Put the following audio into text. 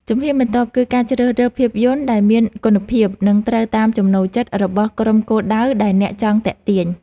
ជំហានបន្ទាប់ គឺការជ្រើសរើសភាពយន្តដែលមានគុណភាព និងត្រូវតាមចំណូលចិត្តរបស់ក្រុមគោលដៅដែលអ្នកចង់ទាក់ទាញ។